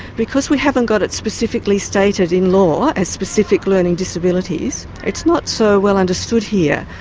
because we haven't got it specifically stated in law as specific learning disabilities, it's not so well understood here.